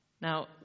Now